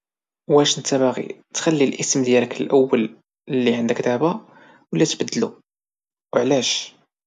واش نتا باغي تخلي الاسم الأول اللي عندك دبا ولا تبدلو وعلاش؟